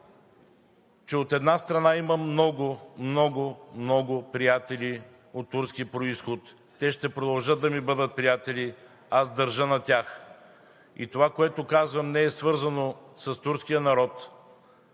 че от една страна, имам много, много, много приятели от турски произход. Те ще продължат да ми бъдат приятели, аз държа на тях и това, което казвам, не е свързано с турския народ,